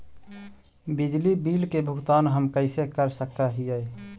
बिजली बिल के भुगतान हम कैसे कर सक हिय?